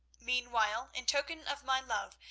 meanwhile, in token of my love,